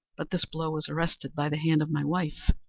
but this blow was arrested by the hand of my wife.